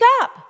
up